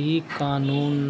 ई कानून